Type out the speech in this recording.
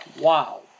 Wow